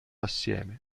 assieme